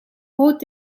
groot